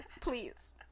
Please